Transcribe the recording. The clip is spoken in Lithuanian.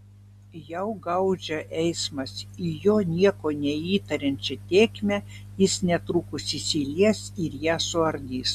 jau gaudžia eismas į jo nieko neįtariančią tėkmę jis netrukus įsilies ir ją suardys